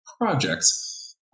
projects